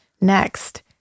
Next